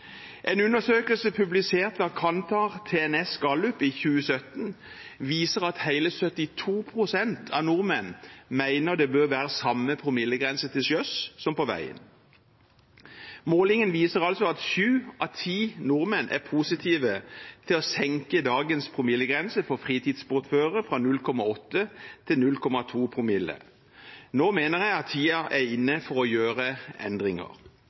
En undersøkelse publisert av Kantar TNS Gallup i 2017 viser at hele 72 pst. av nordmenn mener det bør være samme promillegrense til sjøs som på veien. Målingen viser altså at sju av ti nordmenn er positive til å senke dagens promillegrense for fritidsbåtførere fra 0,8 til 0,2 promille. Nå mener jeg at tiden er inne for å gjøre endringer.